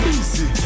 Easy